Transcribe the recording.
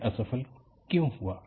यह असफल क्यों हुआ